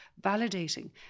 validating